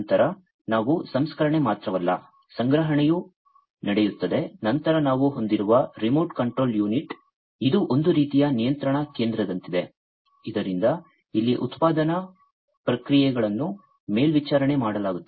ನಂತರ ನಾವು ಸಂಸ್ಕರಣೆ ಮಾತ್ರವಲ್ಲ ಸಂಗ್ರಹಣೆಯೂ ನಡೆಯುತ್ತದೆ ನಂತರ ನಾವು ಹೊಂದಿರುವ ರಿಮೋಟ್ ಕಂಟ್ರೋಲ್ ಯುನಿಟ್ ಇದು ಒಂದು ರೀತಿಯ ನಿಯಂತ್ರಣ ಕೇಂದ್ರದಂತಿದೆ ಇದರಿಂದ ಇಲ್ಲಿ ಉತ್ಪಾದನಾ ಪ್ರಕ್ರಿಯೆಗಳನ್ನು ಮೇಲ್ವಿಚಾರಣೆ ಮಾಡಲಾಗುತ್ತದೆ